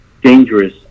dangerous